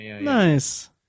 Nice